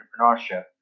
entrepreneurship